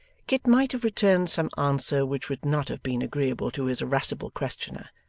kit might have returned some answer which would not have been agreeable to his irascible questioner,